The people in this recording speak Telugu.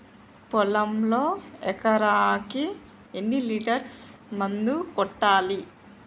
పొలంలో ఎకరాకి ఎన్ని లీటర్స్ మందు కొట్టాలి?